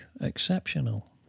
exceptional